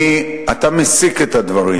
אתה מסיק את הדברים.